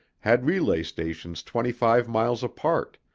had relay stations twenty-five miles apart,